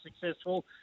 successful